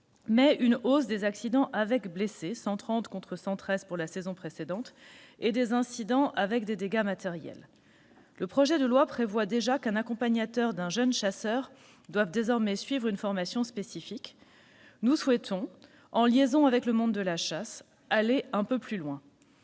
mais une hausse des accidents avec blessés- 130, contre 113 lors de la saison précédente -et des incidents avec des dégâts matériels. Le projet de loi prévoit que l'accompagnateur d'un jeune chasseur devra suivre une formation spécifique. Nous souhaitons, en liaison avec le monde de la chasse, aller un peu plus loin.